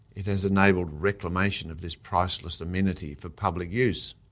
it has enabled reclamation of this priceless amenity for public use.